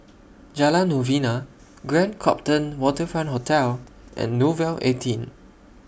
Jalan Novena Grand Copthorne Waterfront Hotel and Nouvel eighteen